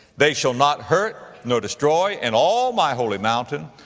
they shall not hurt nor destroy in all my holy mountain,